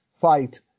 fight